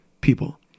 people